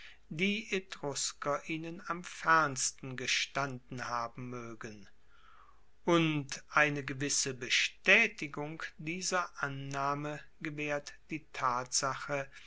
die etrusker ihnen am fernsten gestanden haben moegen und eine gewisse bestaetigung dieser annahme gewaehrt die tatsache